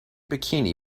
bikini